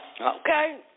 Okay